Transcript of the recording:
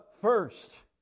first